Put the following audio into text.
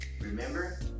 Remember